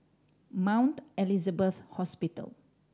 Mount Elizabeth Hospital